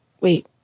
Wait